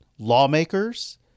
lawmakers